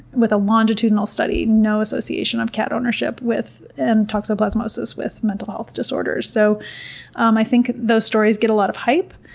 with a longitudinal study, no association of cat ownership and toxoplasmosis with mental health disorders. so um i think those stories get a lot of hype,